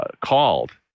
called